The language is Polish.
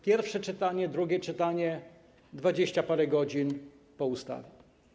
Pierwsze czytanie, drugie czytanie, 20 parę godzin, po ustawie.